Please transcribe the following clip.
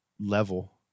level